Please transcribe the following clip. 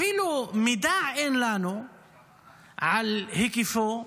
אפילו אין לנו מידע על היקפו,